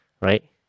right